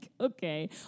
okay